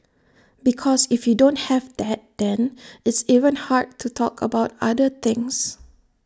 because if you don't have that then it's even hard to talk about other things